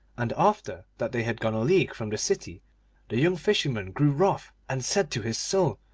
and after that they had gone a league from the city the young fisherman grew wroth, and said to his soul,